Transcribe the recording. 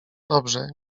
dobrze